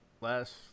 last